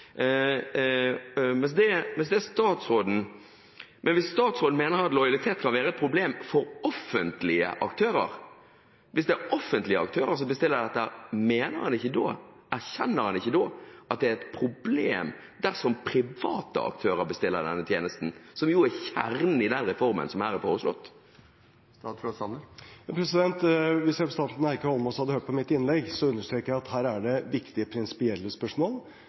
Hvis statsråden mener at lojalitet kan være et problem for offentlige aktører, og hvis det er offentlige aktører som bestiller dette, erkjenner han ikke da at det er et problem dersom private aktører bestiller denne tjenesten, som jo er kjernen i den reformen som her er foreslått? Hvis representanten Heikki Eidsvoll Holmås hadde hørt på innlegget mitt, understreket jeg at det her er viktige prinsipielle og praktiske spørsmål